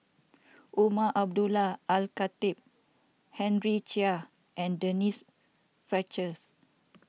Umar Abdullah Al Khatib Henry Chia and Denise Fletchers